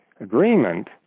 agreement